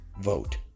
vote